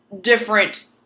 different